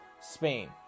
Spain